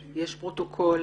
יש פרוטוקול,